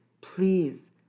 please